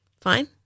fine